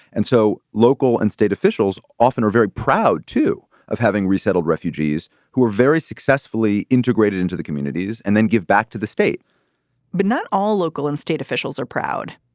and so local and state officials often are very proud, too, of having resettled refugees who are very successfully integrated into the communities and then give back to the state but not all local and state officials are proud.